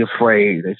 afraid